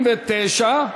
79,